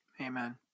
Amen